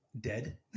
Dead